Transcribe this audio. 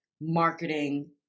marketing